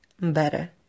better